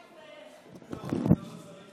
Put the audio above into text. שלוש דקות